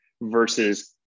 versus